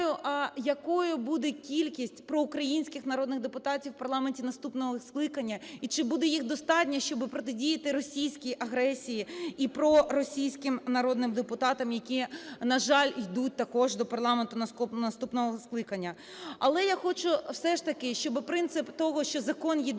переживаю, якою буде кількість проукраїнських народних депутатів в парламенті наступного скликання, і чи буде їх достатньо, щоби протидіяти російській агресії і проросійським народним депутатам, які, на жаль, йдуть також до парламенту наступного скликання. Але я хочу все ж таки, щоби принцип того, що закон - єдиний